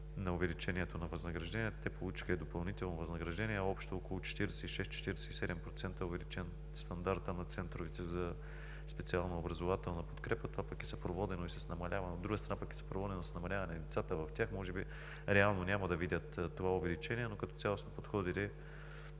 на увеличението на възнагражденията, те получиха и допълнително възнаграждение – общо около 46 – 47% е увеличен стандартът на центровете за специална образователна подкрепа. От друга страна, това е съпроводено с намаляване на децата в тях. Може би реално няма да видят това увеличение, но като цяло сме подходили